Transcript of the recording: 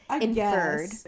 inferred